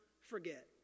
forget